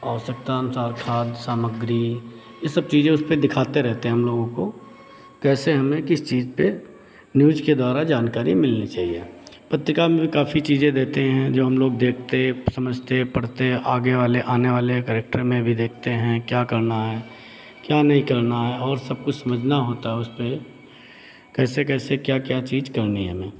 आवश्यकता अनुसार खाद्य सामग्री ये सब चीज़ें उसपे दिखाते रहते हैं हम लोगों को कैसे हमें किस चीज़ पे न्यूज़ के द्वारा जानकारी मिलनी चहिए पत्रिका में भी काफ़ी चीज़ें देते हैं जो हम लोग देखते हैं समझते पढ़ते हैं आगे वाले आने वाले कैरेक्टर में भी देखते हैं क्या करना है क्या नहीं करना है और सब कुछ समझना होता है उसपे कैसे कैसे क्या क्या चीज़ करनी है हमें